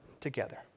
together